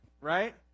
Right